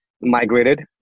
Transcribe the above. migrated